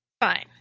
Fine